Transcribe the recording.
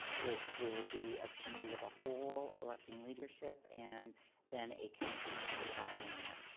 which will be a committee of a whole, electing leadership. and then a council meeting following that.